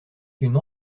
une